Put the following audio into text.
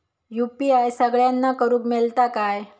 UPI सगळ्यांना करुक मेलता काय?